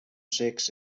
secs